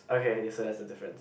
okay so that's the difference